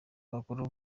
abakuru